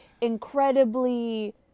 incredibly